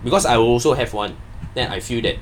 because I also have one then I feel that